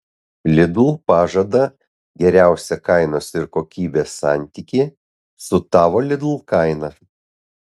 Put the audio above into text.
lidl pažada geriausią kainos ir kokybės santykį su tavo lidl kaina